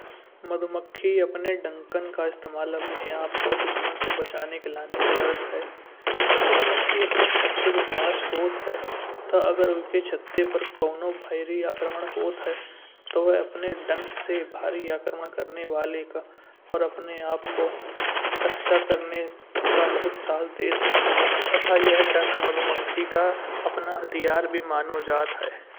मधुमक्खी अपने डंकन का इस्तेमाल अपने आप को दुश्मन से बचाने के लिए करत है। जब मधुमक्खी अपने छत्ते के पास होत है। तो अगर उनके छत्ते पर कउनो भी आक्रमण होत है। तो वह अपने डंक से भारे आक्रमण करने का वाले का और अपने आपको रक्षा करने का बहुत साहस देत है। तथा यह डंक मधुमक्खी का अपना हथियार भी मानो जात है।